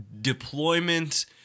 deployment